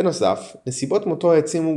בנוסף, נסיבות מותו העצימו